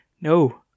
No